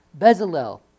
Bezalel